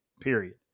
period